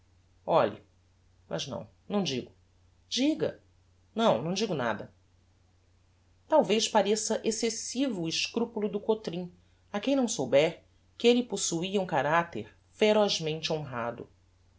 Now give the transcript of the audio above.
olhe mas não não digo diga não não digo nada talvez pareça excessivo o escrupulo do cotrim a quem não souber que elle possuia um caracter ferozmente honrado